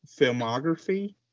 filmography